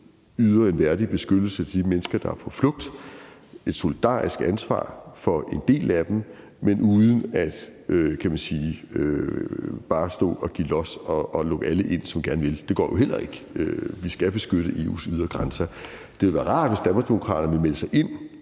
yder en værdig beskyttelse af de mennesker, der er på flugt – et solidarisk ansvar for en del af dem – men uden, kan man sige, bare at give los og lukke alle ind, som gerne vil ind. Det går jo heller ikke. Vi skal beskytte EU's ydre grænser. Det ville være rart, hvis Danmarksdemokraterne meldte sig ind